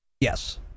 Yes